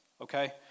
okay